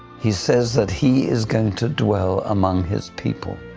he says that he is going to dwell among his people.